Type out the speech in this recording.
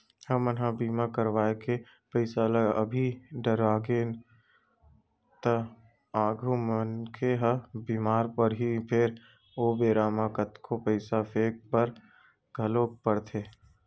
हमन ह बीमा करवाय के पईसा ल अभी डरागेन त आगु मनखे ह बीमार परही फेर ओ बेरा म कतको पईसा फेके बर घलोक परथे